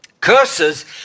Curses